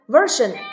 Version